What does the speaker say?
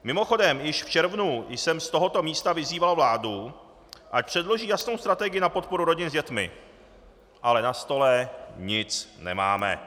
Mimochodem, již v červnu jsem z tohoto místa vyzýval vládu, ať předloží jasnou strategii na podporu rodin s dětmi, ale na stole nic nemáme.